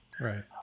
Right